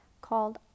called